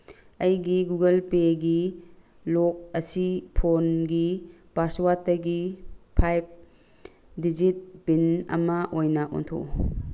ꯑꯩꯒꯤ ꯒꯨꯒꯜ ꯄꯦꯒꯤ ꯂꯣꯛ ꯑꯁꯤ ꯐꯣꯟꯒꯤ ꯄꯥꯁꯋꯥꯠꯇꯒꯤ ꯐꯥꯏꯞ ꯗꯤꯖꯤꯠ ꯄꯤꯟ ꯑꯃ ꯑꯣꯏꯅ ꯑꯣꯟꯊꯣꯛꯎ